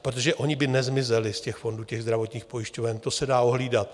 Protože ony by nezmizely z těch fondů zdravotních pojišťoven, to se dá ohlídat.